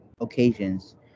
occasions